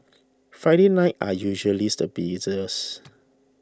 Friday nights are usually the busiest